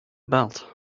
belt